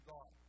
God